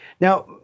Now